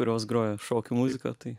kurios groja šokių muziką tai